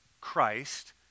Christ